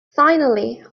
finally